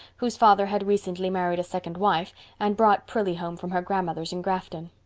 whose father had recently married a second wife and brought prillie home from her grandmother's in grafton.